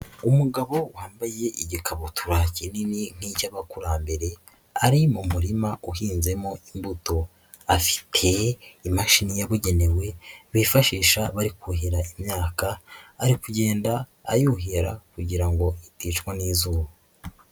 Umugabo wambaye igikabutura kinini nk'icy'abakurambere ari mu murima uhinzemo imbuto, afite imashini yabugenewe bifashisha bari kuhira imyaka ari kugenda ayuhira kugira ngo aticwa n'izuba.